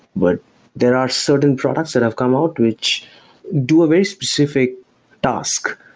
but there are certain products that have come out, which do a very specific task.